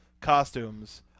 costumes